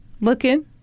looking